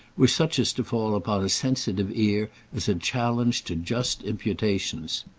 were such as to fall upon a sensitive ear as a challenge to just imputations.